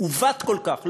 שעוות כל כך,